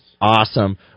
Awesome